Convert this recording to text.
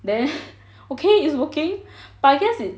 then okay is working but I guess it